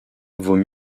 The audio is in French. vaut